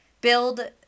build